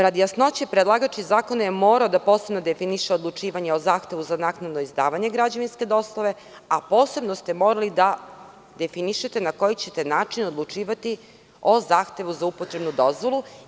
Radi jasnoće, predlagač zakona je morao posebno da definiše odlučivanje o zahtevu za naknadno izdavanje građevinske dozvole, a posebno ste morali da definišete na koji ćete način odlučivati o zahtevu za upotrebnu dozvolu.